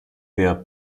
their